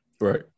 Right